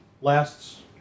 lasts